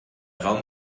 raum